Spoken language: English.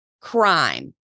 crime